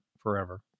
forever